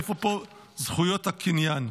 איפה פה זכויות הקניין?